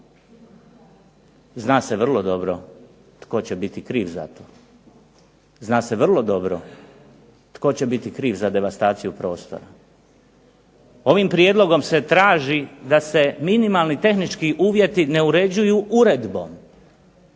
zna se vrlo dobro tko će biti kriv za to. Zna se vrlo dobro tko će biti kriv za devastaciju prostora. Ovim prijedlogom se traži da se minimalni tehnički uvjeti ne uređuju uredbom,